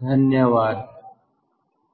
कुछ विचार देगा